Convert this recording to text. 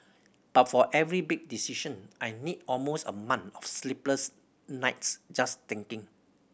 but for every big decision I need almost a month of sleepless nights just thinking